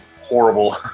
horrible